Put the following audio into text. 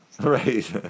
Right